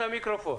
בבקשה.